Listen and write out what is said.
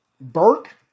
Burke